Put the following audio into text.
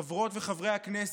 חברות וחברי הכנסת,